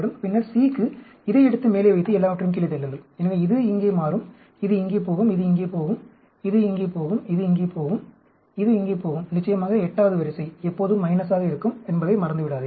பின்னர் C க்கு இதை எடுத்து மேலே வைத்து எல்லாவற்றையும் கீழே தள்ளுங்கள் எனவே இது இங்கே மாறும் இது இங்கே போகும் இது இங்கே போகும் இது இங்கே போகும் இது இங்கே போகும் இது இங்கே போகும் நிச்சயமாக 8 வது வரிசை எப்போதும் - ஆக இருக்கும் என்பதை மறந்துவிடாதீர்கள்